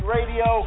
Radio